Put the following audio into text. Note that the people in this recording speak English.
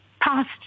past